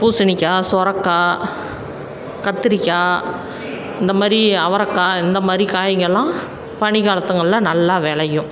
பூசணிக்காய் சொரக்காய் கத்திரிக்காய் இந்த மாதிரி அவரக்காய் இந்த மாதிரி காய்ங்களெலாம் பனி காலத்துங்களில் நல்லா விளையும்